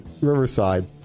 Riverside